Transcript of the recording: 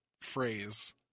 phrase